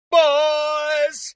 boys